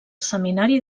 seminari